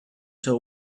till